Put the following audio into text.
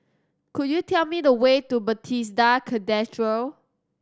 could you tell me the way to Bethesda Cathedral